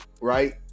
right